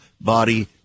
body